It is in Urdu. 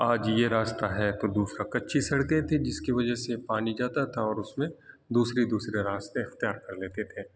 آج یہ راستہ ہے تو دوسرا کچی سڑکیں تھیں جس کی وجہ سے پانی جاتا تھا اور اس میں دوسری دوسرے راستے اختیار کر لیتے تھے